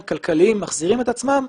הם כלכליים ומחזירים את עצמם.